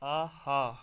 آہا